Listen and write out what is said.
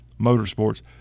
Motorsports